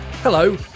Hello